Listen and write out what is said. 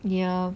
ya